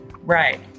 Right